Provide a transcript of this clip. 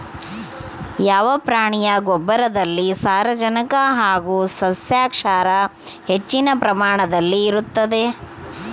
ಯಾವ ಪ್ರಾಣಿಯ ಗೊಬ್ಬರದಲ್ಲಿ ಸಾರಜನಕ ಹಾಗೂ ಸಸ್ಯಕ್ಷಾರ ಹೆಚ್ಚಿನ ಪ್ರಮಾಣದಲ್ಲಿರುತ್ತದೆ?